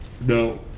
No